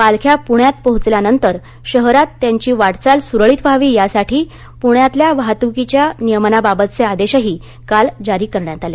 पालख्या पुण्यात पोहोचल्यानंतर शहरात त्यांची वाटचाल सुरळित व्हावी यासाठी पुण्यातल्या वाहतुकीच्या नियमनाबाबतचे आदेशही काल जारी करण्यात आले